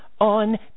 on